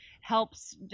helps